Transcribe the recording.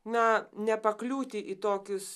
na nepakliūti į tokius